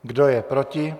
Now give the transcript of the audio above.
Kdo je proti?